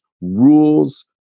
rules